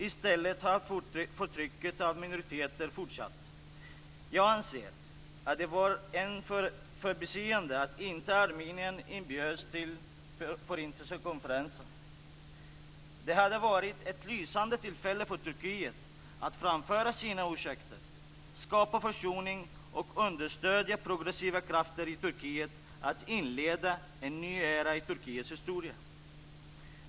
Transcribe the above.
I stället har förtrycket av minoriteter fortsatt. Jag anser att det var ett förbiseende att Armenien inte inbjöds till Förintelsekonferensen. Det hade varit ett lysande tillfälle för Turkiet att framföra sina ursäkter, skapa försoning och understödja progressiva krafter i Turkiet för att inleda en ny era i Turkiets historia.